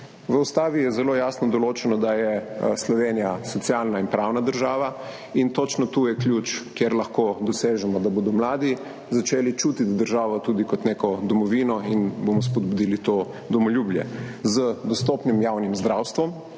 V ustavi je zelo jasno določeno, da je Slovenija socialna in pravna država, in točno tu je ključ, kjer lahko dosežemo, da bodo mladi začeli čutiti državo tudi kot neko domovino in bomo spodbudili to domoljubje. Z dostopnim javnim zdravstvom,